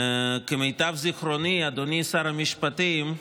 כמיטב זיכרוני, אדוני שר המשפטים,